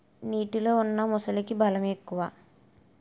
నీటిలో ఉన్న మొసలికి బలం ఎక్కువ